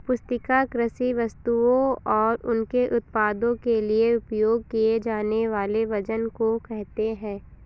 पुस्तिका कृषि वस्तुओं और उनके उत्पादों के लिए उपयोग किए जानेवाले वजन को कहेते है